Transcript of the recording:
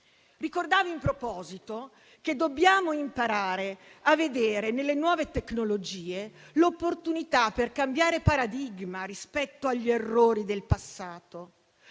Ricordavo, in proposito, che dobbiamo imparare a vedere nelle nuove tecnologie l'opportunità per cambiare paradigma rispetto agli errori del passato,